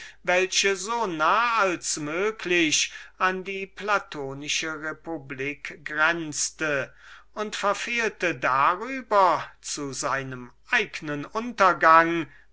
welche so nah als möglich an die platonische republik grenzte und verfehlte darüber zu seinem eignen untergang